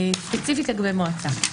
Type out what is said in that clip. ספציפית לגבי מועצה,